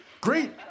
Great